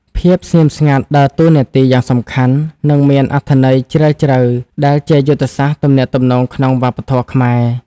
ភាពស្ងៀមស្ងាត់ដើរតួនាទីយ៉ាងសំខាន់ និងមានអត្ថន័យជ្រាលជ្រៅដែលជាយុទ្ធសាស្ត្រទំនាក់ទំនងក្នុងវប្បធម៌ខ្មែរ។